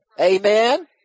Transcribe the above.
Amen